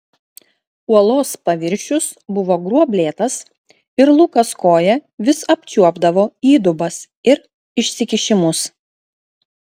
uolos paviršius buvo gruoblėtas ir lukas koja vis apčiuopdavo įdubas ir išsikišimus